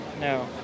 No